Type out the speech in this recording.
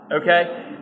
okay